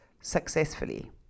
successfully